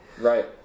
Right